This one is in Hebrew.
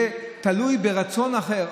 יהיה תלוי ברצון אחר,